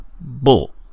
Bull